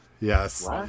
Yes